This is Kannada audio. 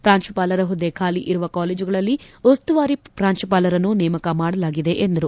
ಪ್ರಾಂಶುಪಾಲರ ಹುದ್ದೆ ಖಾಲಿ ಇರುವ ಕಾಲೇಜುಗಳಲ್ಲಿ ಉಸ್ತುವಾರಿ ಪ್ರಾಂಶುಪಾಲರನ್ನು ನೇಮಕ ಮಾಡಲಾಗಿದೆ ಎಂದರು